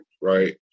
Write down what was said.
Right